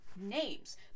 names